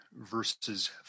verses